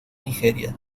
nigeria